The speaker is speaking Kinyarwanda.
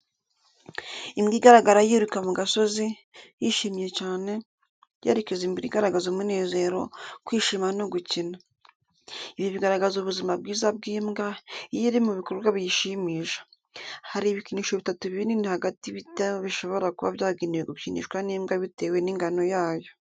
Imbwa igaragara yiruka mu gasozi, yishimye cyane, yerekeza imbere igaragaza umunezero, kwishima no gukina. Ibi bigaragaza ubuzima bwiza bw’imbwa, iyo iri mu bikorwa biyishimisha. Hari ibikinisho bitatu binini hagati bito bishobora kuba byagenewe gukinishwa n’imbwa bitewe n’ingano yayo.